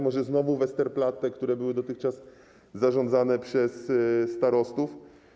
Może znowu Westerplatte, które dotychczas było zarządzane przez starostów?